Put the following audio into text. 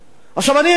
אני אומר לך,